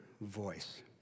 voice